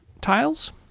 tiles